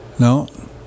No